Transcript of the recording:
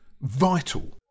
vital